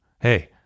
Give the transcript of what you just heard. Hey